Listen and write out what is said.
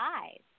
eyes